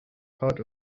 part